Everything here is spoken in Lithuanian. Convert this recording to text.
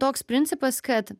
toks principas kad